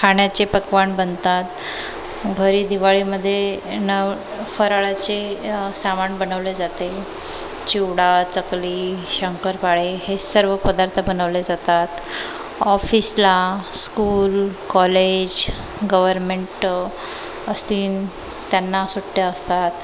खाण्याचे पक्वान्न बनतात भरी दिवाळीमध्ये न फराळाचे सामान बनवल्या जाते चिवडा चकली शंकरपाळे हे सर्व पदार्थ बनवले जातात ऑफिसला स्कूल कॉलेज गव्हर्मेंट असतीन त्यांना सुट्या असतात